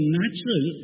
natural